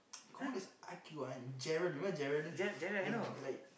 commando is I_Q one Gerald you know Gerald like like